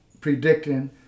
predicting